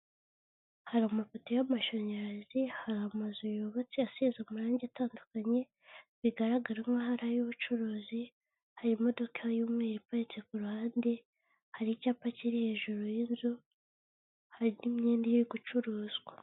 Hari amafoto y'amashanyarazi, hari amazu yubatse asize umurangi atandukanye bigaragara nk'aho ari ay'ubucuruzi, hari imodoka y'umweru iparitse ku ruhande, hari icyapa kiri hejuru y'inzu, hari n'imyenda yo gucuruzwa.